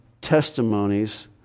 testimonies